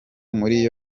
muri